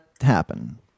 happen